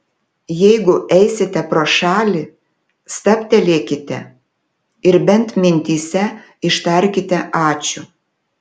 jeigu eisite pro šalį stabtelėkite ir bent mintyse ištarkite ačiū